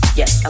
yes